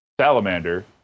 salamander